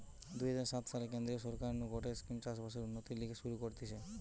দুই হাজার সাত সালে কেন্দ্রীয় সরকার নু গটে স্কিম চাষ বাসের উন্নতির লিগে শুরু করতিছে